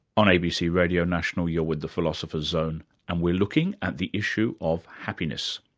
on abc radio national you're with the philosopher's zone and we're looking at the issue of happiness.